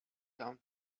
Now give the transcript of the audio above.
down